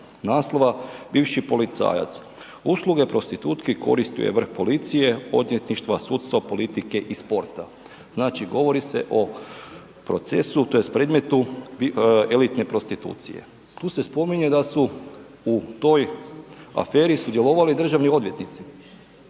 naslova, bivši policajac, usluge prostitutki koristio je koristio je vrh policije, odvjetništva, sudstva, politike i sporta. Znači govori se o procesu tj. predmetu elitne prostitucije. Tu se spominje da su u toj aferi sudjelovali i državni odvjetnici.